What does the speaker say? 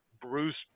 Bruce